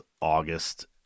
August